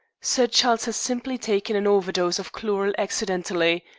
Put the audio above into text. sir charles has simply taken an over-dose of chloral accidentally.